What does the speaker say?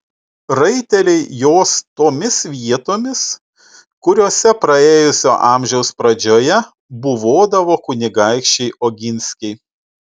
raiteliai jos tomis vietomis kuriose praėjusio amžiaus pradžioje buvodavo kunigaikščiai oginskiai